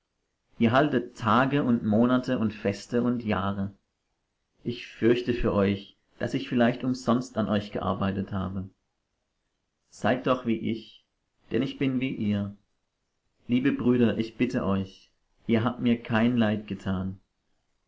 ihr haltet tage und monate und feste und jahre ich fürchte für euch daß ich vielleicht umsonst an euch gearbeitet habe seid doch wie ich denn ich bin wie ihr liebe brüder ich bitte euch ihr habt mir kein leid getan